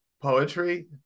poetry